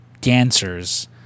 dancers